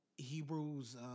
Hebrews